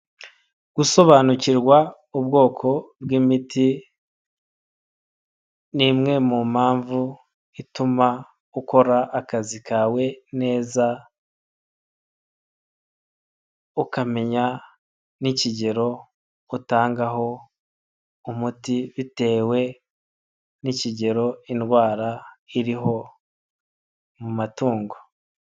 Gusobanukirwa ubwoko bw'imiti, ni imwe mu mpamvu ituma ukora akazi kawe neza, ukamenya n' ikigero utangaho umuti bitewe n'ikigero indwara iriho mu matungo.